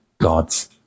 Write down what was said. God's